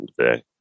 today